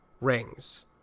rings